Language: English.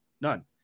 None